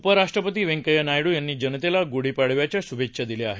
उपराष्ट्रपती व्यंकया नायडू यांनी जनतेला गुढीपाडव्याच्या शुभेच्छा दिल्या आहेत